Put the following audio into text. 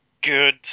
good